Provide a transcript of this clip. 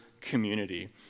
community